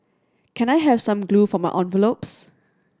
can I have some glue for my envelopes